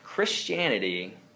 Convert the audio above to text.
Christianity